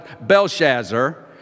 Belshazzar